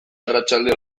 arratsalde